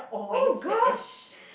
oh gosh